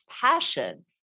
passion